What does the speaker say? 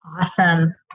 Awesome